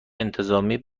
سنتور